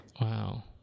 Wow